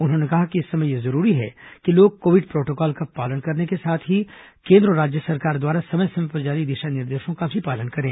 उन्होंने कहा कि इस समय यह जरूरी है कि लोग कोविड प्रोटोकॉल का पालन करने के साथ ही केन्द्र और राज्य सरकार द्वारा समय समय पर जारी दिशा निर्देशों का पालन करें